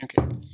Okay